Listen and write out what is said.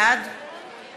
בעד